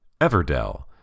Everdell